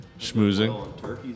schmoozing